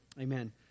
Amen